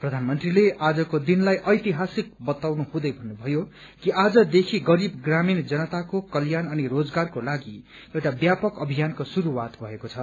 प्रधानमन्त्रीले आजको दिनलाई ऐतिहासिक बताउनु हुँदै भन्नुभयो कि आजदेखि गरीब प्रामीण जनताको कल्याण अनि रोजगारको लागि एउटा व्यापक अभियानको श्रुरूआत भएको छ